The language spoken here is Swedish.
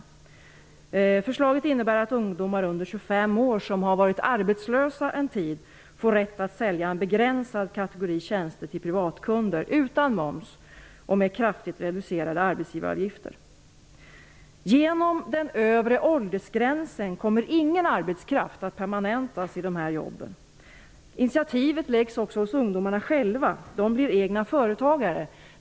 Förslaget om U-skattsedel innebär att ungdomar under 25 år som har varit arbetslösa under en tid får rätt att sälja en begränsad kategori tjänster till privatkunder, utan moms och med kraftigt reducerade arbetsgivaravgifter. Genom den övre åldersgränsen kommer ingen arbetskraft att permanentas i de här jobben. Initiativet läggs också hos ungdomarna själva. De blir egna företagare.